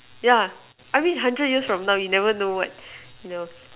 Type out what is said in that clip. yeah I mean hundred years from now you never know what you know